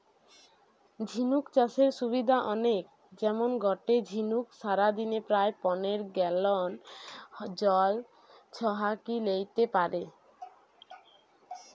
ঝিনুক চাষের সুবিধা অনেক যেমন গটে ঝিনুক সারাদিনে প্রায় পনের গ্যালন জল ছহাকি লেইতে পারে